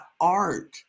art